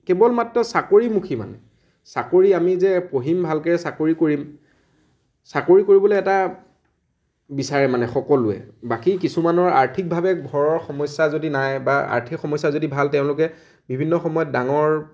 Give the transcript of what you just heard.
কেৱল মাত্ৰ চাকৰিমুখী মানে চাকৰি আমি যে পঢ়িম ভালকে চাকৰি কৰিম চাকৰি কৰিবলে এটা বিচাৰে মানে সকলোৱে বাকী কিছুমানৰ আৰ্থিকভাৱে ঘৰৰ সমস্য়া যদি নাই বা আৰ্থিক সমস্য়া যদি ভাল তেওঁলোকে বিভিন্ন সময়ত ডাঙৰ